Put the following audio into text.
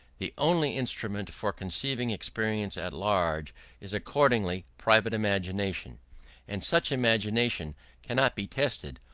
the only instrument for conceiving experience at large is accordingly private imagination and such imagination cannot be tested,